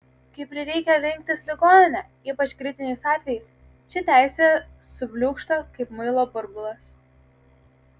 kai prireikia rinktis ligoninę ypač kritiniais atvejais ši teisė subliūkšta kaip muilo burbulas